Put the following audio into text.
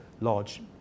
large